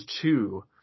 two